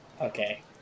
Okay